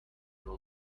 will